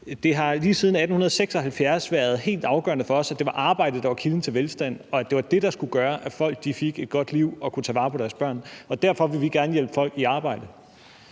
det har lige siden 1876 været helt afgørende for os, at det var arbejdet, der var kilden til velstand, og at det var det, der skulle gøre, at folk fik et godt liv og kunne tage vare på deres børn – og derfor vil vi gerne hjælpe folk i arbejde.